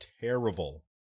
terrible